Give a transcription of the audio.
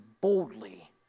boldly